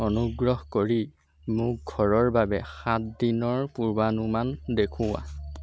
অনুগ্ৰহ কৰি মোক ঘৰৰ বাবে সাত দিনৰ পূৰ্বানুমান দেখুওৱা